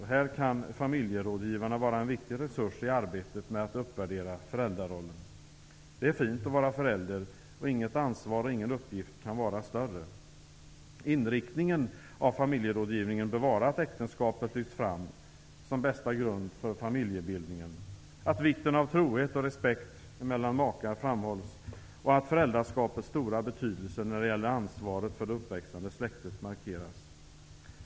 Här kan familjerådgivarna vara en viktig resurs i arbetet med att uppvärdera föräldrarollen. Det är fint att vara förälder, och inget ansvar och ingen uppgift kan vara större. Inriktningen av familjerådgivningen bör vara att äktenskapet lyfts fram som bästa grund för familjebildning, att vikten av trohet och respekt mellan makar framhålls samt att föräldraskapets stora betydelse när det gäller ansvaret för det uppväxande släktet markeras.